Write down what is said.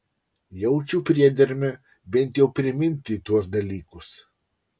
jaučiu priedermę bent jau priminti tuos dalykus